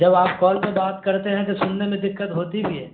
جب آپ کال پہ بات کرتے ہیں تو سننے میں دکت ہوتی بھی ہے